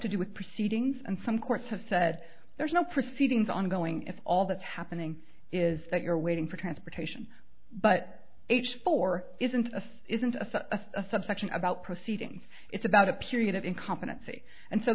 to do with proceedings and some courts have said there's no proceedings ongoing if all that's happening is that you're waiting for transportation but h four isn't isn't a subsection about proceedings it's about a period of incompetency and so